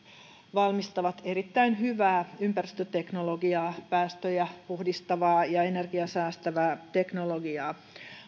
valmistavat erittäin hyvää ympäristöteknologiaa päästöjä puhdistavaa ja energiaa säästävää teknologiaa